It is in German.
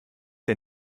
der